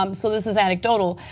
um so this is anecdotal,